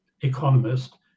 economist